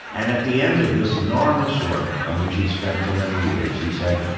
and at the end of this enormous work, on which he spent so many years, he said,